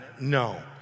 No